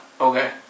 Okay